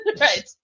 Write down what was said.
right